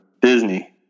Disney